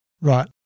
Right